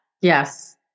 Yes